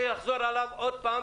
זה יחזור עוד פעם,